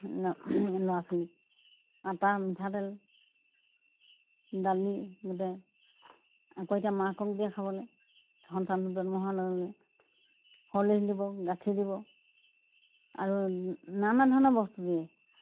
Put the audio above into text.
ল'ৰা ছোৱালীক আটা মিঠাতেল দালি গোটেই আকৌ এতিয়া মাকক দিয়ে খাবলৈ সন্তান জন্ম হোৱাৰ লগে লগে হৰলিক্স দিব গাখীৰ দিব আৰু নানা ধৰণৰ বস্তু দিয়ে